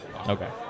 Okay